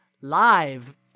live